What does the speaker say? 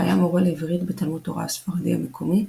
שהיה מורה לעברית בתלמוד תורה הספרדי המקומי,